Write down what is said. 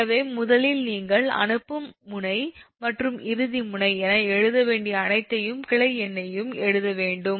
எனவே முதலில் நீங்கள் அனுப்பும் முனை மற்றும் இறுதி முனை என எழுத வேண்டிய அனைத்தையும் கிளை எண்ணையும் எழுத வேண்டும்